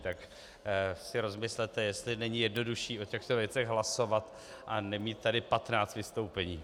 Tak si rozmyslete, jestli není jednodušší o těchto věcech hlasovat a nemít tady 15 vystoupení.